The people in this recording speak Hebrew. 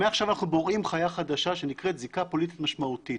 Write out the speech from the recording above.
מעכשיו אנחנו בוראים חיה חדשה שנקראת זיקה פוליטית משמעותית,